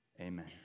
amen